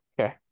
okay